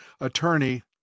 attorney